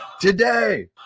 Today